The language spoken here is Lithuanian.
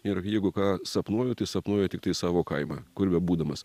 ir jeigu ką sapnuoju tai sapnuoju tiktai savo kaimą kur bebūdamas